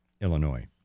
Illinois